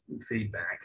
feedback